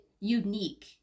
unique